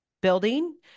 building